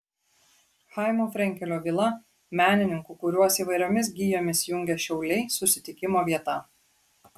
chaimo frenkelio vila menininkų kuriuos įvairiomis gijomis jungia šiauliai susitikimo vieta